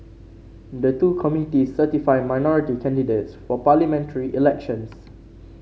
the two committees certify minority candidates for parliamentary elections